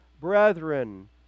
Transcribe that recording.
brethren